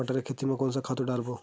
टमाटर के खेती कोन से खातु डारबो?